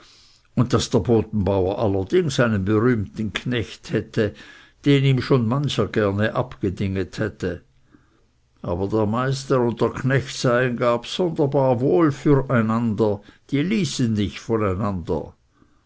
und daß der bodenbauer allerdings einen berühmten knecht hätte den ihm schon mancher gerne abgedinget hätte aber der meister und der knecht seien gar bsunderbar wohl für einander die ließen nicht